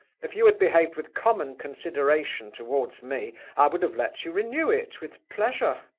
if you had behaved with common consideration toward me, i would have let you renew it with pleasure.